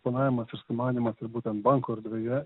planavimas ir sumanymas būtent banko erdvėje